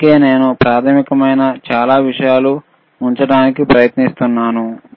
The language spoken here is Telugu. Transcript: అందుకే నేను ప్రాథమికమైన చాలా విషయాలు ఉంచడానికి ప్రయత్నిస్తున్నాను